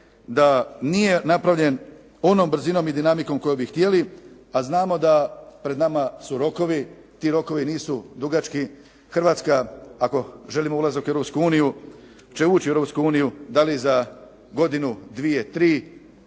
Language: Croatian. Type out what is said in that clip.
da nije napravljen onom brzinom i dinamikom kojom bi htjeli, a znamo da su pred nama rokovi. Ti rokovi nisu dugački. Hrvatska ako želimo u Europsku uniju, će ući u Europsku uniju, dali za godinu, dvije, tri